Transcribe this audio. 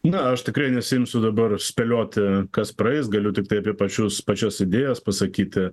na aš tikrai nesiimsiu dabar spėlioti kas praeis galiu tiktai apie pačius pačias idėjas pasakyti